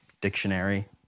Dictionary